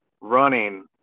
running